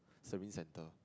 serving centre